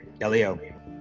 Elio